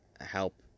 Help